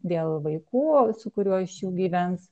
dėl vaikų su kuriuo iš jų gyvens